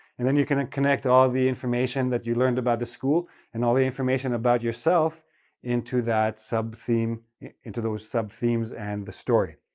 and then you're going to connect all of the information that you learned about the school and all the information about yourself into that subtheme, into those subthemes and the story.